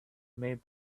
made